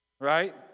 Right